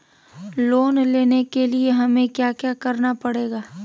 Loan लेने के लिए हमें क्या क्या करना पड़ेगा?